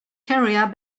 carrier